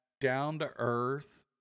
down-to-earth